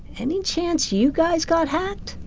any chance you guys got hacked?